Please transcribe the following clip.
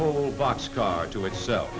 whole boxcar to itself